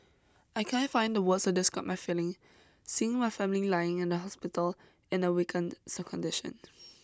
I can't find the words to describe my feeling seeing my family lying in the hospital in a weakened so condition